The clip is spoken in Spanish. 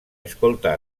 escolta